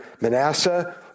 Manasseh